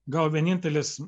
gal vienintelis